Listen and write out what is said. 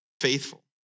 faithful